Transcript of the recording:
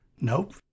Nope